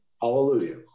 hallelujah